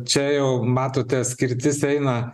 čia jau matote skirtis eina